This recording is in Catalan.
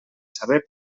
saber